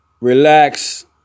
relax